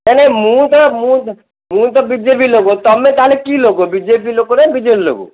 ନାଇଁ ନାଇଁ ମୁଁ ତ ମୁଁ ମୁଁ ତ ବିଜେପି ଲୋକ ତୁମେ ତାହୋଲେ କି ଲୋକ ବିଜେପି ଲୋକ ନା ବିଜେଡ଼ି ଲୋକ